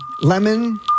lemon